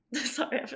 sorry